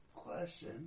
question